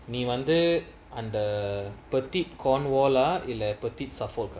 நீ வந்து அந்த:nee vanthu antha petite cornwall ah இல்ல:illa petite suffolk ah